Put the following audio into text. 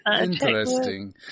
interesting